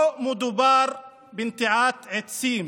לא מדובר בנטיעת עצים,